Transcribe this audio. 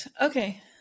Okay